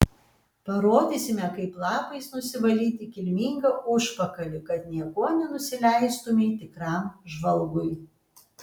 parodysime kaip lapais nusivalyti kilmingą užpakalį kad niekuo nenusileistumei tikram žvalgui